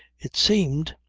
it seemed